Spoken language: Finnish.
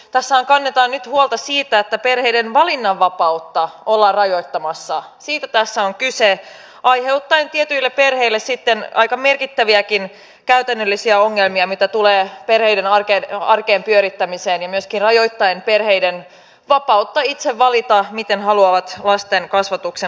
tässähän kannetaan nyt huolta siitä että perheiden valinnanvapautta ollaan rajoittamassa siitä tässä on kyse aiheuttaen tietyille perheille sitten aika merkittäviäkin käytännöllisiä ongelmia mitä tulee perheiden arjen pyörittämiseen ja myöskin rajoittaen perheiden vapautta itse valita miten haluavat lasten kasvatuksen hoitaa ja järjestää